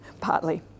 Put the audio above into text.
partly